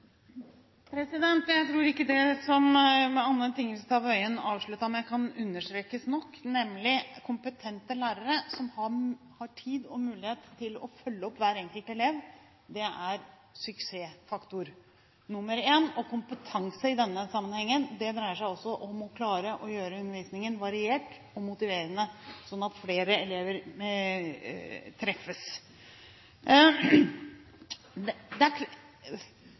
det. Jeg tror ikke det som Anne Tingelstad Wøien avsluttet med, kan understrekes nok, nemlig kompetente lærere som har tid og mulighet til å følge opp hver enkelt elev. Det er suksessfaktor nr. 1. Kompetanse i denne sammenhengen dreier seg også om å klare å gjøre undervisningen variert og motiverende sånn at flere elever treffes.